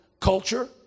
culture